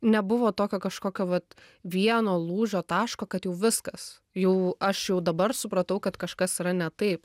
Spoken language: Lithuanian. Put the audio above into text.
nebuvo tokio kažkokio vat vieno lūžio taško kad jau viskas jau aš jau dabar supratau kad kažkas yra ne taip